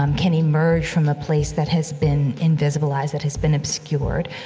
um can emerge from a place that has been invisibilized, that has been obscured,